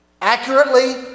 accurately